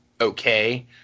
okay